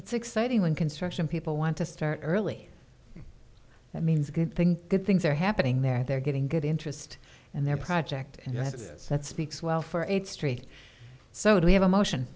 it's exciting when construction people want to start early that means good thing good things are happening there they're getting good interest and their project and yes that speaks well for eighth street so do we have a motion